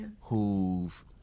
who've